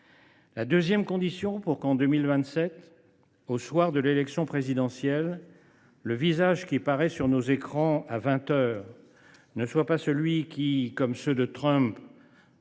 La deuxième condition pour qu’en 2027, au soir de l’élection présidentielle, le visage qui apparaîtra sur nos écrans à vingt heures ne nous fasse pas honte comme ceux de Trump,